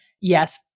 yes